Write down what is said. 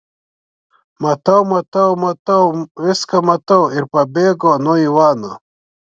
matau matau matau viską matau ir pabėgo nuo ivano